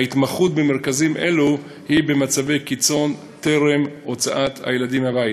ההתמחות במרכזים אלה היא במצבי קיצון טרם הוצאת הילדים מהבית.